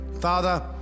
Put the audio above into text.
Father